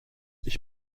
ich